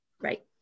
Right